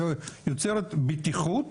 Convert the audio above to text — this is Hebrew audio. יוצרת בטיחות,